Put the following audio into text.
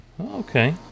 Okay